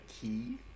key